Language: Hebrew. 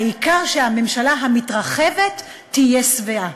העיקר שהממשלה המתרחבת תהיה שבעה.